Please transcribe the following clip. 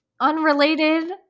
Unrelated